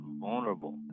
vulnerable